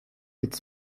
its